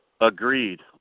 Agreed